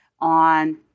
on